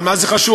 אבל מה זה חשוב?